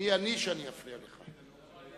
מי אני שאפריע לך?